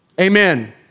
Amen